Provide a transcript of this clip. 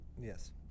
yes